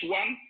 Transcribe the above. one